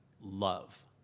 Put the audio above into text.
love